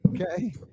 Okay